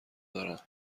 دارند